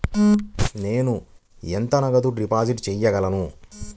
నేను ఎంత నగదు డిపాజిట్ చేయగలను?